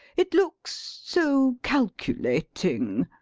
it looks so calculating.